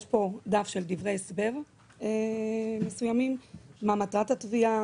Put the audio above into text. יש פה דף של דברי הסבר מסוימים: מה מטרת התביעה,